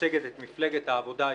המייצגת את מפלגת העבודה הישראלית,